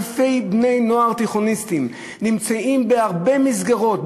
אלפי בני-נוער תיכוניסטים נמצאים בהרבה מסגרות,